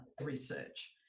research